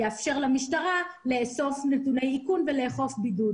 תיקון שיאפשר למשטרה לאסוף נתוני איכון ולאכוף בידוד.